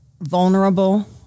vulnerable